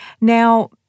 Now